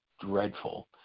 dreadful